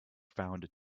found